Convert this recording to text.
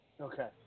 okay